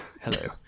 Hello